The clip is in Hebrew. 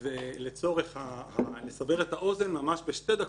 ולסבר את האוזן ממש בשתי דקות: